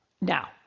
Now